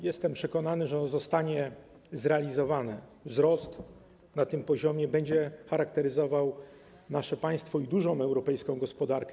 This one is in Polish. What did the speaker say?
Jestem przekonany, że to zostanie zrealizowane, wzrost na tym poziomie będzie charakteryzował nasze państwo, dużą europejską gospodarkę.